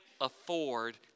afford